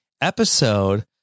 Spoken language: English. episode